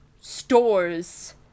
stores